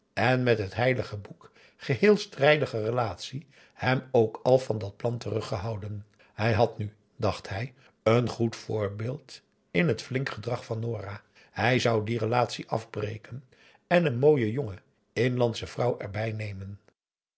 en met het heilige boek geheel strijdige relatie hem ook al van dat plan teruggehouden hij had nu dacht hij een goed voorbeeld in het flink gedrag van nora hij zou die relatie afbreken en een mooie jonge inlandsche vrouw erbij nemen